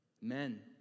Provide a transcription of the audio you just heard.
Men